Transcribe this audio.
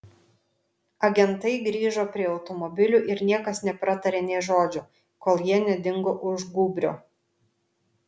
agentai grįžo prie automobilių ir niekas nepratarė nė žodžio kol jie nedingo už gūbrio